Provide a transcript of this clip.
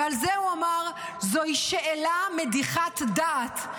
ועל זה הוא אמר: "זוהי שאלה מדיחת דעת".